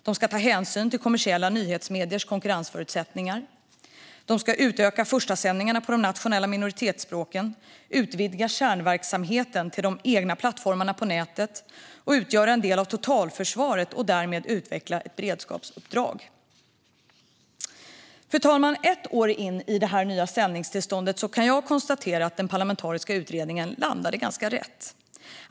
De ska ta hänsyn till kommersiella nyhetsmediers konkurrensförutsättningar. De ska utöka förstasändningarna på de nationella minoritetsspråken, utvidga kärnverksamheten till de egna plattformarna på nätet och utgöra en del av totalförsvaret och därmed utveckla ett beredskapsuppdrag. Fru talman! Ett år in i det nya sändningstillståndet kan jag konstatera att den parlamentariska utredningen landade ganska rätt.